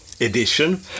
edition –